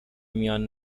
میان